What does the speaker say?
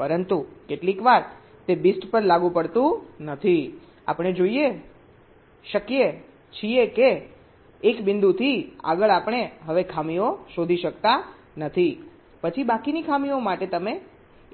પરંતુ કેટલીકવાર તે BIST પર લાગુ પડતું નથી આપણે જોઈ શકીએ છીએ કે એક બિંદુથી આગળ આપણે હવે ખામીઓ શોધી શકતા નથી પછી બાકીની ખામીઓ માટે તમે